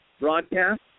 broadcast